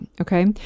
Okay